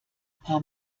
paar